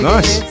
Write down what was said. Nice